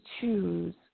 choose